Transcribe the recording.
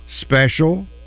special